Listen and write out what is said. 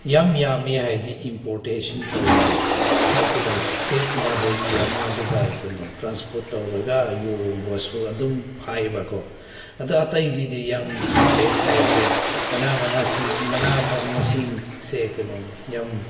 ꯌꯥꯝ ꯌꯥꯝꯃꯤ ꯍꯥꯏꯔꯗꯤ ꯏꯝꯄ꯭ꯣꯔꯠꯇꯦꯁꯟ ꯇꯧꯕꯗꯣ ꯀꯩꯅꯣ ꯏꯁꯇꯦꯠ ꯑꯃꯗꯒꯤ ꯑꯃꯗꯨꯗ ꯀꯩꯅꯣ ꯇ꯭ꯔꯥꯟꯁꯄꯣꯔꯠ ꯇꯧꯔꯒ ꯌꯣꯟꯕꯁꯨ ꯑꯗꯨꯝ ꯐꯥꯏꯑꯕꯀꯣ ꯑꯗ ꯑꯇꯩꯒꯤꯗꯗꯤ ꯌꯥꯝ ꯈꯪꯗꯦ ꯍꯥꯏꯕꯁꯦ ꯃꯅꯥ ꯃꯅꯥꯁꯤꯡ ꯃꯅꯥ ꯃꯁꯤꯡꯁꯦ ꯀꯩꯅꯣ ꯌꯥꯝ